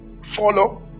Follow